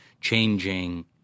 changing